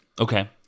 Okay